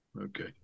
okay